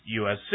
USC